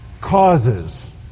causes